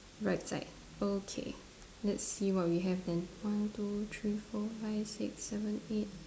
right side okay let's see what we have then one two three four five six seven eight